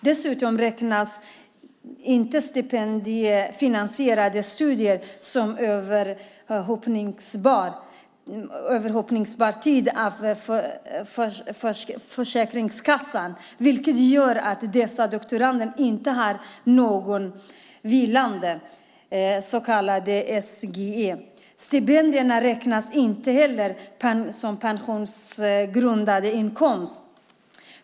Dessutom räknas inte stipendiefinansierade studier som överhoppningsbar tid av Försäkringskassan, vilket gör att dessa doktorander inte har någon vilande SGI. Stipendierna räknas inte heller som pensionsgrundande inkomst.